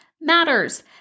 matters